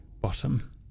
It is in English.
bottom